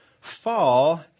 fall